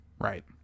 right